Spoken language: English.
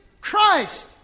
Christ